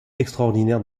extraordinaire